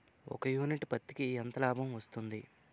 ఒక యూనిట్ పత్తికి ఎంత లాభం వస్తుంది?